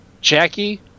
Jackie